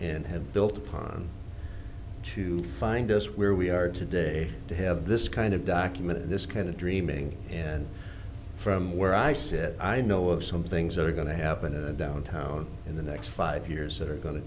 built upon to find us where we are today to have this kind of document this kind of dreaming and from where i said i know of some things that are going to happen in a downtown in the next five years that are going to